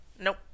Nope